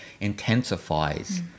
intensifies